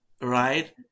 Right